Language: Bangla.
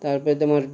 তারপরে তোমার